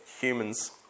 humans